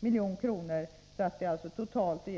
milj.kr. för aktiviteter som rör industri.